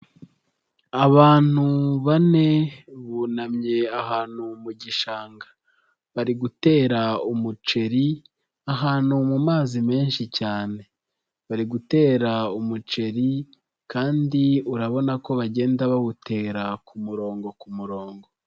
Abantu bane bunamye ahantu mu gishanga bari gutera umuceri ahantu mu mazi menshi cyane, bari gutera umuceri kandi urabona ko bagenda bawutera ku murongo ku murongo.